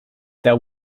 there